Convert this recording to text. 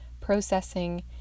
processing